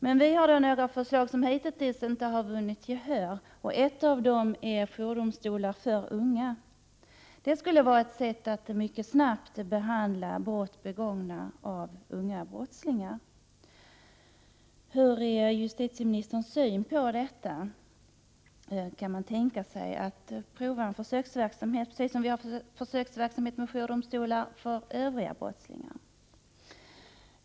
Men vi har några förslag som hittills inte har vunnit gehör, och ett av dem gäller jourdomstolar för unga. Det skulle vara ett sätt att mycket snabbt behandla brott begångna av unga brottslingar. Vilken är justitieministerns syn på detta förslag? Kan man tänka sig en försöksverksamhet, precis som vi har försöksverksamhet med jourdomstolar för övriga brottslingar?